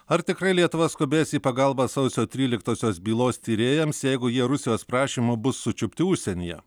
ar tikrai lietuva skubės į pagalbą sausio tryliktosios bylos tyrėjams jeigu jie rusijos prašymu bus sučiupti užsienyje